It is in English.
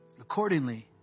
accordingly